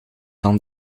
van